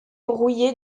rouillé